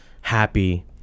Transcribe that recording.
happy